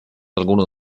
algunos